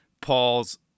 Paul's